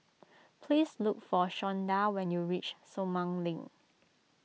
please look for Shawnda when you reach Sumang Link